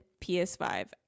ps5